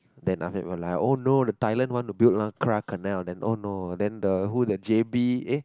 then after that we're like oh no the Thailand want to build Carat Canal then no no then the who the J_B eh